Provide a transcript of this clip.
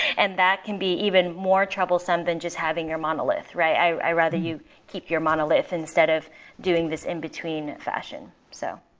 and that can be even more troublesome than just having your monolith, right? i rather you keep your monolith instead of doing this in between fashion. so